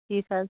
ٹھیٖک حظ